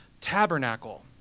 tabernacle